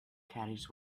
caddies